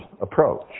approach